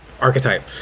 archetype